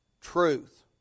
truth